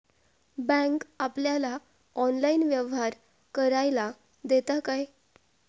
Bank आपल्याला online व्यवहार करायला देता काय?